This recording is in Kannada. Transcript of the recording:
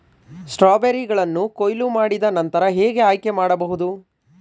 ಸ್ಟ್ರಾಬೆರಿಗಳನ್ನು ಕೊಯ್ಲು ಮಾಡಿದ ನಂತರ ಹೇಗೆ ಆಯ್ಕೆ ಮಾಡಬಹುದು?